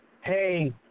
hey